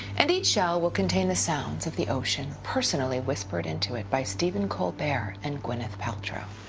and each shell will contain the sounds of the ocean personally whispered into it by stephen colbert and gwyneth paltrow.